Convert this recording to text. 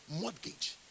mortgage